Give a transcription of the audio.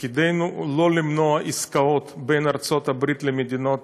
תפקידנו הוא לא למנוע עסקאות בין ארצות הברית למדינות